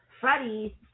Freddie